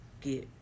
get